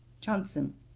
Johnson